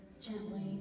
gently